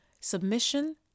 submission